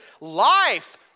life